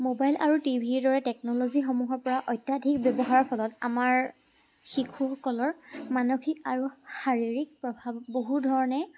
mobile আৰু টিভিৰ দতে টেকনলজিসমূহৰ পৰা অত্যাধিক ব্যৱহাৰৰ ফলত আমাৰ শিশুসকলৰ মানসিক আৰু শাৰীৰিক প্ৰভাৱ বহুধৰণে